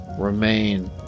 remain